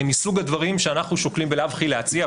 הם מסוג הדברים שאנחנו שוקלים בלאו הכי להציע,